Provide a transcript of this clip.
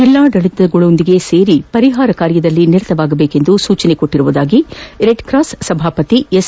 ಜಿಲ್ಲಾಡಳತಗಳೊಂದಿಗೆ ಸೇರಿ ಪರಿಹಾರ ಕಾರ್ಯದಲ್ಲಿ ನಿರತವಾಗುವಂತೆ ಸೂಚಿಸಿರುವುದಾಗಿ ರೆಡ್ಕ್ರಾಸ್ ಸಭಾಪತಿ ಎಸ್